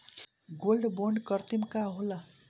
Gold bond करतिं का होला?